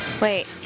Wait